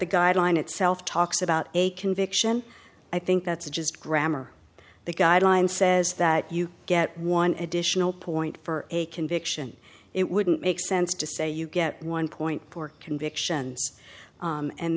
the guideline itself talks about a conviction i think that's just grammar the guideline says that you get one additional point for a conviction it wouldn't make sense to say you get one point four convictions and